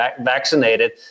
vaccinated